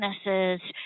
businesses